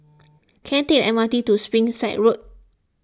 can I take the M R T to Springside Road